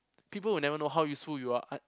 people will never know how useful you are un~